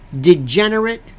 degenerate